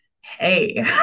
Hey